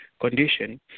condition